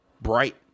Bright